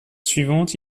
suivantes